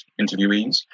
interviewees